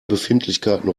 befindlichkeiten